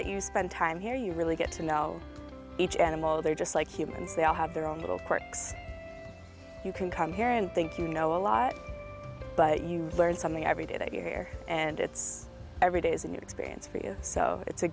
that you spend time here you really get to know each animal they're just like humans they all have their own little quirks you can come here and think you know a lot but you learn something every day that year and it's every day is a new experience for you so it's a